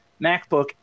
macbook